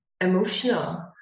emotional